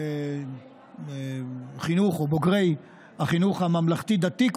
החינוך או בוגרי החינוך הממלכתי-דתי,